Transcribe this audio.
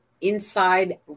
Inside